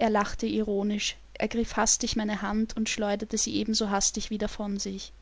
er lachte ironisch ergriff hastig meine hand und schleuderte sie ebenso hastig wieder von sich